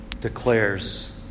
declares